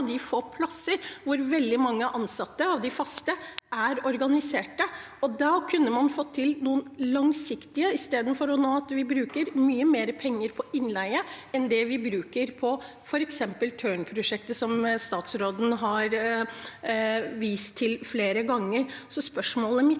de få plassene hvor veldig mange av de fast ansatte er organisert. Da kunne man få til noe langsiktig, i stedet for at vi nå bruker mye mer penger på innleie enn det vi bruker på f.eks. Tørn-prosjektet, som statsråden har vist til flere ganger. Spørsmålet mitt